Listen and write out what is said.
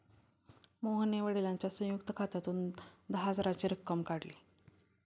मोहनने वडिलांच्या संयुक्त खात्यातून दहा हजाराची रक्कम काढली